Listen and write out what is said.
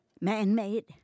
man-made